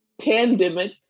pandemic